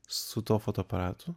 su tuo fotoaparatu